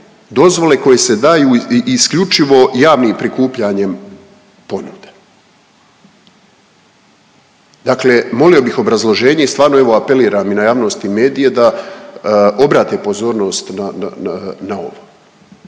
dozvole koje se daju isključivo javnim prikupljanjem ponude. Dakle, molio bih obrazloženje i stvarno evo apeliram i na javnost i medije da obrate pozornost na ovo.